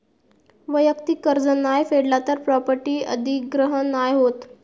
वैयक्तिक कर्ज नाय फेडला तर प्रॉपर्टी अधिग्रहण नाय होत